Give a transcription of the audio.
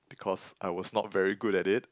because I was not very good at it